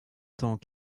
tant